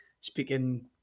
speaking